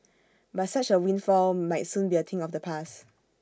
but such A windfall might soon be A thing of the past